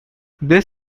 this